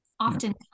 often